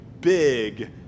big